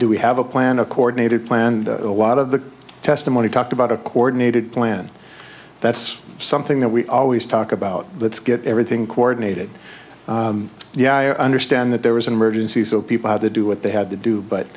do we have a plan a coordinated plan and a lot of the testimony talked about a coordinated plan that's something that we always talk about let's get everything coordinated yeah i understand that there was an emergency so people had to do what they had to do but